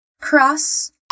Cross